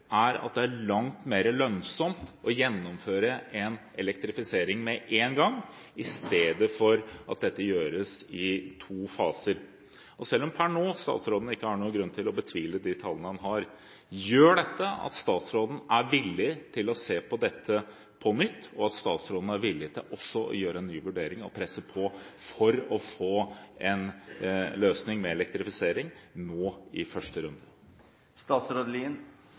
er at det er langt mer lønnsomt å gjennomføre en elektrifisering med en gang, i stedet for at dette gjøres i to faser. Og selv om statsråden per nå ikke har noen grunn til å betvile de tallene han har, gjør dette at statsråden er villig til å se på dette på nytt, og at statsråden er villig til også å gjøre en ny vurdering og presse på for å få en løsning med elektrifisering nå, i første